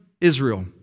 Israel